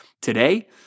today